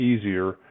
easier